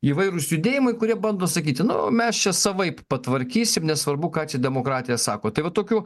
įvairūs judėjimai kurie bando sakyti nu mes čia savaip patvarkysim nesvarbu ką čia demokratija sako tai va tokių